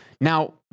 Now